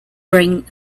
bring